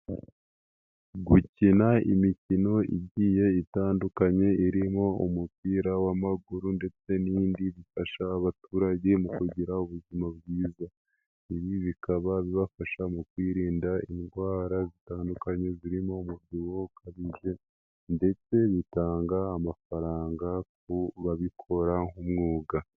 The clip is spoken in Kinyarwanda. Gukina imikino igiye itandukanye irimo umupira w'amaguru ndetse n'indi bifasha abaturage mu kugira ubuzima bwiza, ibi bikaba bibafasha mu kwirinda indwara zitandukanye zirimo umubyibuho ukabije ndetse bitanga amafaranga ku babikora nk'umwuga.